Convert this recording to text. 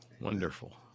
Wonderful